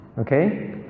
Okay